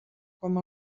com